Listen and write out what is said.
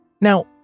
Now